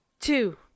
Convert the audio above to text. two